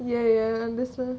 ya ya ya I understand